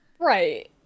Right